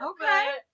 Okay